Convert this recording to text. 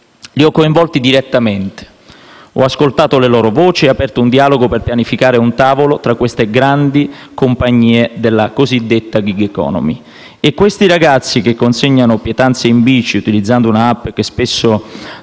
Li ho coinvolti direttamente, ho ascoltato le loro voci e aperto un dialogo per pianificare un tavolo tra queste grandi compagnie della cosiddetta *gig economy*. Questi ragazzi, che consegnano pietanze in bici utilizzando una App e che spesso